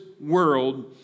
world